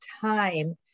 time